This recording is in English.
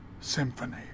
Symphony